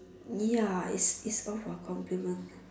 ya it's it's form of complement